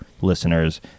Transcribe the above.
listeners